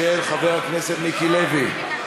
של חבר הכנסת מיקי לוי.